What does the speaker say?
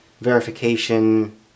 verification